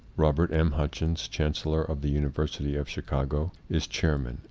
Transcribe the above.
robert m. hutchins, chancellor of the university of chicago, is chairman,